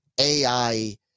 AI